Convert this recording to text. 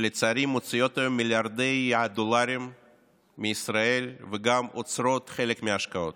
שלצערי מוציאות היום מיליארדי דולרים מישראל וגם עוצרות חלק מההשקעות,